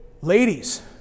Ladies